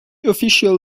official